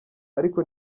ariko